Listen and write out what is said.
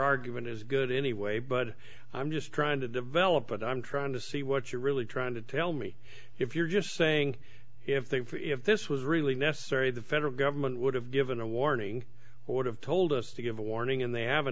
argument is good anyway but i'm just trying to develop but i'm trying to see what you're really trying to tell me if you're just saying if they if this was really necessary the federal government would have given a warning would have told us to give a warning and they